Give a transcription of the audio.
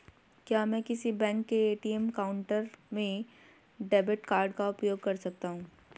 क्या मैं किसी भी बैंक के ए.टी.एम काउंटर में डेबिट कार्ड का उपयोग कर सकता हूं?